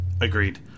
Agreed